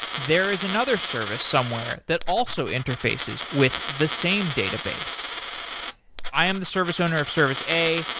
there is another service somewhere that also interfaces with the same database i am the service owner of service a,